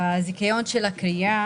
כי זה מיתרגם